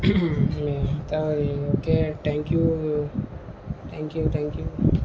మిగతా okay thank you thank you thank you